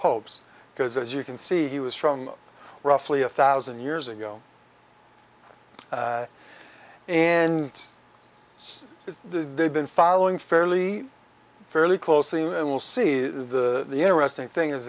pope's because as you can see he was from roughly a thousand years ago and so they've been following fairly fairly closely and we'll see the interesting thing is